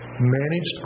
managed